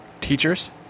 teachers